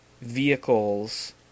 vehicles